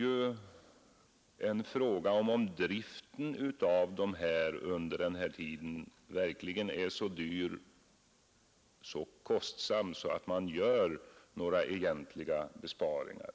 Frågan är då om driften under den tid det är fråga om verkligen är så kostsam att man gör några egentliga besparingar.